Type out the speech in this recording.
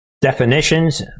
Definitions